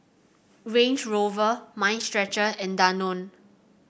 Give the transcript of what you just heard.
Range Rover Mind Stretcher and Danone